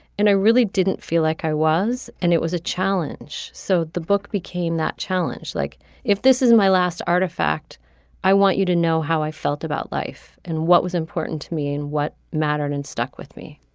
and i really didn't feel like i was. and it was a challenge. so the book became that challenge like if this is my last artifact i want you to know how i felt about life and what was important to me and what mattered and stuck with me